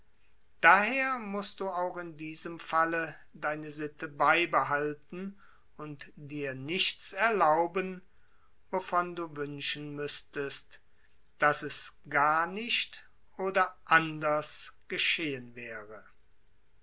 daher mußt du auch in diesem falle deine sitte beibehalten und dir nichts erlauben wovon du wünschen müßtest daß es gar nichts oder anders geschehen wäre